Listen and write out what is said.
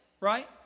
Right